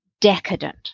decadent